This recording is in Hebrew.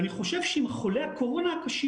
אני חושב שעם חולי הקורונה הקשים,